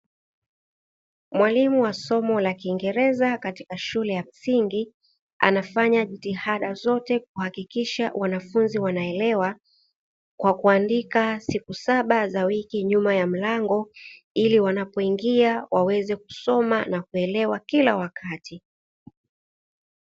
Mwalimu wa somo la kiingereza katika shule ya msingi, anafanya jitihada zote kuhakikisha wanafunzi wanaelewa, kwa kuandika siku saba za wiki nyuma ya mlango, ili wanapoingia waweze kusoma na kuelewa kila wakati.